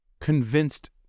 convinced